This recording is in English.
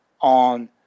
on